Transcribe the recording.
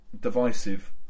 divisive